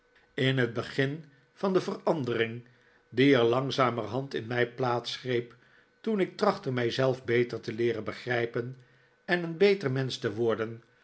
in het begin van de verandering die er langzamerhand in mij plaats greep toen ik trachtte mijzelf beter te leeren begrijpen en een beter mensch te worden